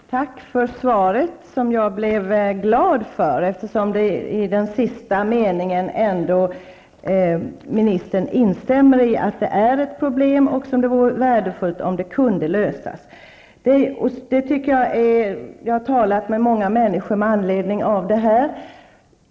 Herr talman! Tack för svaret, som jag blev glad för, eftersom ministern i slutet av svaret ändå instämmer i att det är ett problem och att det vore värdefullt om det kunde lösas. Jag har talat med många människor med anledning av detta.